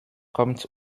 kommt